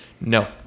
no